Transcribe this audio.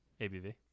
ABV